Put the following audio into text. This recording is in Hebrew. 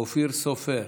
אופיר סופר,